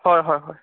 হয় হয় হয়